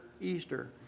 Easter